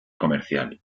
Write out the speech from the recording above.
comercial